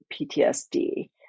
ptsd